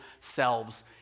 selves